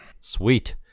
Sweet